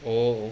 oh